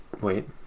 wait